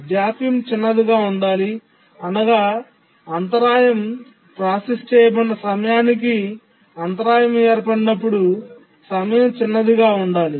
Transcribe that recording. జాప్యం చిన్నదిగా ఉండాలి అనగా అంతరాయం ప్రాసెస్ చేయబడిన సమయానికి అంతరాయం ఏర్పడినప్పుడు సమయం చిన్నదిగా ఉండాలి